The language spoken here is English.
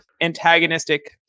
antagonistic